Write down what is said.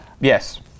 yes